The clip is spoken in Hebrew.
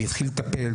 הוא התחיל לטפל.